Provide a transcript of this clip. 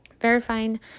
Verifying